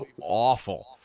awful